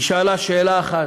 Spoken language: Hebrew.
היא שאלה שאלה אחת,